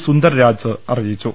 സുന്ദർരാജ് അറി യിച്ചു